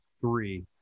three